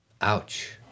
Ouch